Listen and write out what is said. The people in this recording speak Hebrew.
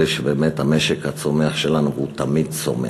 שבאמת המשק הצומח שלנו הוא תמיד צומח,